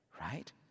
right